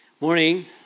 Morning